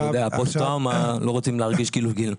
פוסט טראומה לא רוצים להרגיש כאילו,